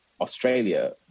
Australia